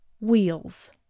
Wheels